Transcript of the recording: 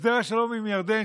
הסדר השלום עם ירדן,